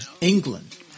England